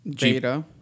Beta